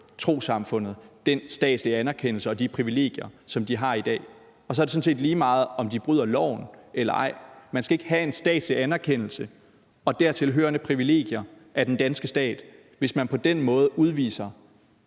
trossamfundet den statslige anerkendelse og de privilegier, som de har i dag. Så er det sådan set lige meget, om de bryder loven eller ej. Man skal ikke have en statslig anerkendelse og dertilhørende privilegier af den danske stat, hvis man på den måde viser,